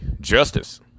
justice